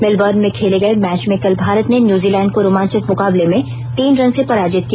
Melbourne में खेले गए मैच में कल भारत ने न्यूजीलैंड को रोमांचक मुकाबले में तीन रन से पराजित किया